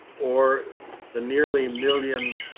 or the nearly million